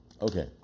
Okay